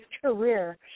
career